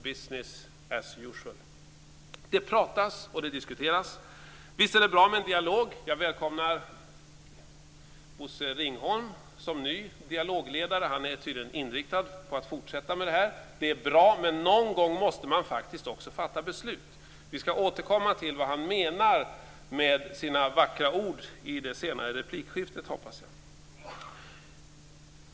Business as usual. Det pratas och diskuteras. Visst är det bra med en dialog, och jag välkomnar Bosse Ringholm som ny dialogledare. Han är tydligen inriktad på att fortsätta med det här. Det är bra, men någon gång måste man också fatta beslut. Vi skall återkomma till vad han menar med sina vackra ord i ett replikskifte senare.